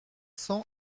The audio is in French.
cents